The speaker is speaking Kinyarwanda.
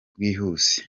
bwihuse